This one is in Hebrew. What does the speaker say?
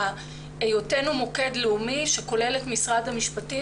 היותנו מוקד לאומי שכולל את משרד המשפטים,